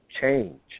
change